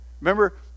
Remember